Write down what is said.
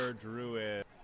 druid